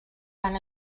van